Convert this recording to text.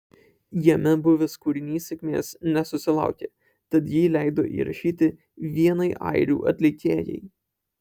jame buvęs kūrinys sėkmės nesusilaukė tad jį leido įrašyti vienai airių atlikėjai